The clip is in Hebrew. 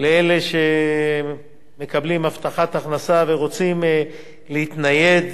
לאלו שמקבלים הבטחת הכנסה ורוצים להתנייד.